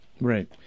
Right